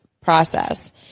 process